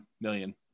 million